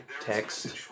text